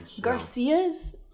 Garcia's